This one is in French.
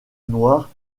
noire